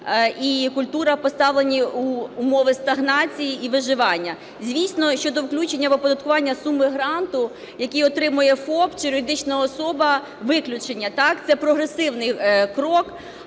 і культура, поставлені в умови стагнації і виживання. Звісно, що до включення в оподаткування суми гранту, який отримує ФОП чи юридична особа – виключення. Так, це прогресивний крок.